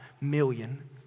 million